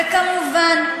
וכמובן,